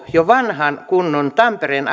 jo vanhan kunnon tampereen